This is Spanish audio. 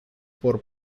por